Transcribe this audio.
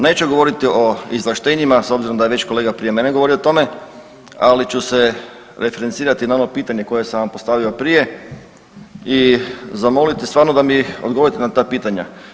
Neću govoriti o izvlaštenjima s obzirom da je već kolega prije mene govorio o tome, ali ću se referencirati na ono pitanje koje sam vam postavio prije i zamoliti stvarno da mi odgovorite na ta pitanja.